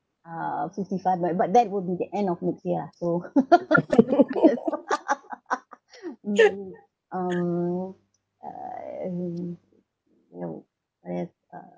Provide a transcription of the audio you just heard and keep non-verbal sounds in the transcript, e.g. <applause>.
uh fifty five but but that would be the end of next year ah so <laughs> um uh mm no I have uh